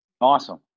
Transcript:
Awesome